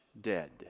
dead